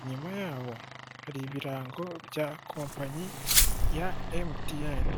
inyuma yabo hari ibirango bya kompanyi ya emutiyeni.